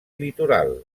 litoral